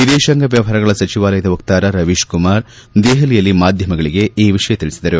ವಿದೇಶಾಂಗ ವ್ಲವಹಾರಗಳ ಸಚಿವಾಲಯದ ವಕ್ತಾರ ರವೀಶ್ ಕುಮಾರ್ ದೆಹಲಿಯಲ್ಲಿ ಮಾಧ್ದಮಗಳಿಗೆ ಈ ವಿಷಯ ತಿಳಿಸಿದರು